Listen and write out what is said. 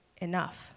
enough